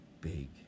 big